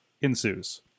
ensues